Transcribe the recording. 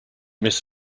miss